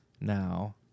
now